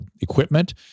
equipment